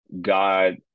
God